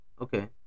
okay